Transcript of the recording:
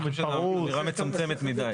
זאת אמירה מצומצמת מדי.